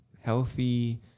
healthy